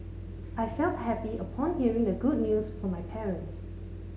I felt happy upon hearing the good news from my parents